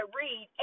read